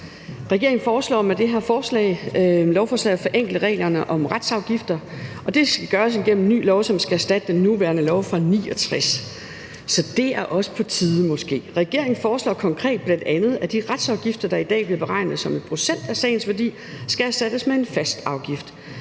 Regeringen foreslår med det her lovforslag at forenkle reglerne om retsafgifter. Det skal gøres igennem en ny lov, som skal erstatte den nuværende lov fra 1969. Så det er måske også på tide. Regeringen foreslår konkret bl.a., at de retsafgifter, der i dag bliver beregnet som en procentdel af sagens værdi, skal erstattes med en fast afgift.